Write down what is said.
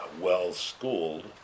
well-schooled